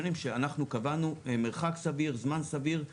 שאנחנו קבענו מרחק סביר, זמן סביר.